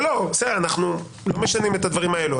לא משנים את הדברים האלה.